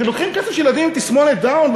אתם לוקחים כסף של ילדים עם תסמונת דאון,